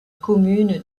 commune